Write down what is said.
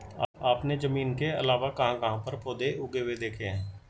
आपने जमीन के अलावा कहाँ कहाँ पर पौधे उगे हुए देखे हैं?